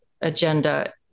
agenda